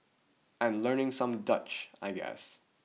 and learning some Dutch I guess